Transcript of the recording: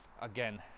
again